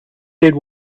did